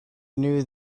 knew